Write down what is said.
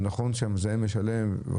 זה נכון שהמזהם משלם.